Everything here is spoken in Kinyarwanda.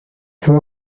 haba